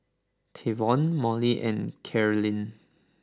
Trayvon Mollie and Karyn